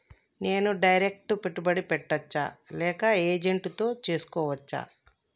నేను డైరెక్ట్ పెట్టుబడి పెట్టచ్చా లేక ఏజెంట్ తో చేస్కోవచ్చా?